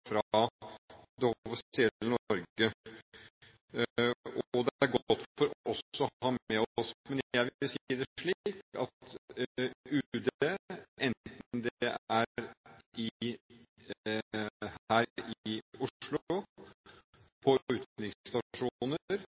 Norge, og det er godt for oss å ha med oss. Men jeg vil si det slik at UD, enten det er her i Oslo, på utenriksstasjoner, i